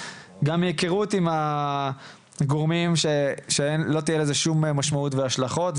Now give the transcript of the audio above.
גם מהיכרות עם הגורמים שלא תהיה לזה שום משמעות והשלכות.